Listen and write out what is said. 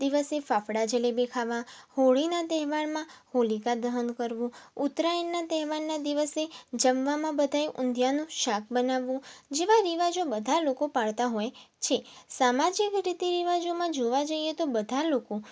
દિવસે ફાફડા જલેબી ખાવાં હોળીના તહેવારમાં હોલિકા દહન કરવું ઉત્તરાયણના તહેવારના દિવસે જમવામાં બધાએ ઉંધિયાનું શાક બનાવવું જેવા રિવાજો બધા લોકો પાળતા હોય છે સામાજિક રીતિ રિવાજોમાં જોવા જઇએ તો બધા લોકો